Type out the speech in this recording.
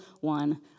one